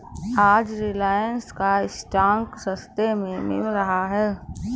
आज रिलायंस का स्टॉक सस्ते में मिल रहा है